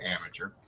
amateur